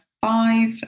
Five